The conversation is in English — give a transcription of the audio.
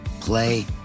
play